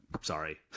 sorry